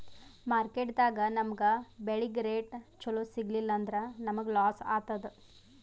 ಮಾರ್ಕೆಟ್ದಾಗ್ ನಮ್ ಬೆಳಿಗ್ ರೇಟ್ ಚೊಲೋ ಸಿಗಲಿಲ್ಲ ಅಂದ್ರ ನಮಗ ಲಾಸ್ ಆತದ್